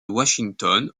washington